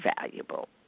valuable